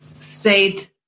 state